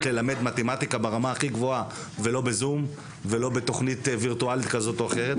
ללמד מתמטיקה ברמה הכי גבוהה ולא בזום ולא בתכנית וירטואלית כזו או אחרת,